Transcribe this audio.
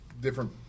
Different